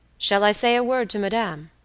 shall i say a word to madame?